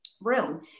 room